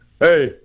Hey